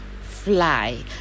fly